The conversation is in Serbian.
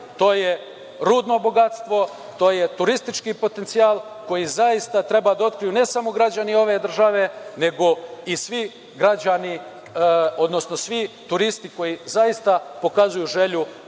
To je rudno bogatstvo, to je turistički potencijal, koji zaista treba da otkriju, ne samo građani ove države, nego i svi građani, odnosno svi turisti koji zaista pokazuju želju